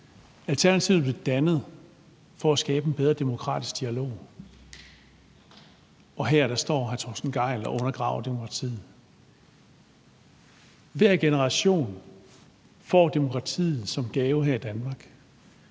Alternativet blev dannet for at skabe en bedre demokratisk dialog, og her står hr. Torsten Gejl og undergraver demokratiet. Hver generation får demokratiet som gave her i Danmark;